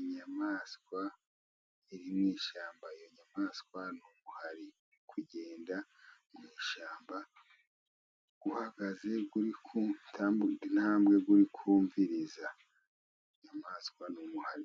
Inyamaswa iri mu ishyamba iyo nyamaswa ni umuhari uri kugenda mu ishyamba uhagaze uri gutera intabwe uri kumviriza, inyamaswa n'umuhari